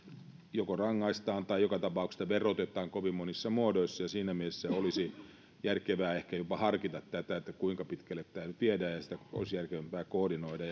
joko rangaistaan tai sitä joka tapauksessa verotetaan kovin monissa muodoissa niin siinä mielessä olisi järkevää ehkä jopa harkita kuinka pitkälle tätä nyt viedään ja sitä olisi järkevämpää koordinoida